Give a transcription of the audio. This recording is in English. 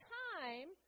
time